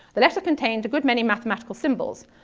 the letter contained a good many mathematical symbols.